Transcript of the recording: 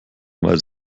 weiß